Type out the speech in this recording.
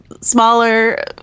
smaller